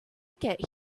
get